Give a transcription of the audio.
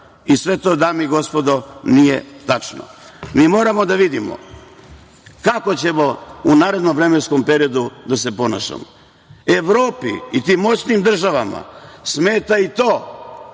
I sve to, dame i gospodo, nije tačno. Mi moramo da vidimo kako ćemo u narednom vremenskom periodu da se ponašamo. Evropi i tim moćnim državama smeta i to